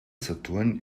saturn